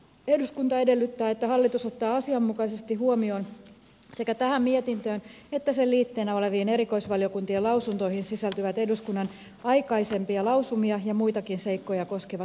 eduskunta edellyttää että hallitus ottaa asianmukaisesti huomioon sekä tähän mietintöön että sen liitteinä oleviin erikoisvaliokuntien lausuntoihin sisältyvät eduskunnan aikaisempia lausumia ja muitakin seikkoja koskevat kannanotot